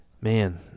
man